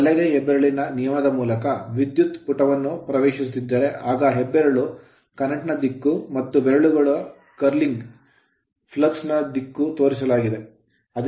ಬಲಗೈ ಹೆಬ್ಬೆರಳಿನ ನಿಯಮದ ಮೂಲಕ ವಿದ್ಯುತ್ ಪುಟವನ್ನು ಪ್ರವೇಶಿಸುತ್ತಿದ್ದರೆ ಆಗ ಹೆಬ್ಬೆರಳು current ಕರೆಂಟ್ ದಿಕ್ಕು ಮತ್ತು ಬೆರಳುಗಳು curlling ಕರ್ಲಿಂಗ್ flux ಫ್ಲಕ್ಸ್ ನ ದಿಕ್ಕು ತೇೂರಿಸಲಾಗಿದೆ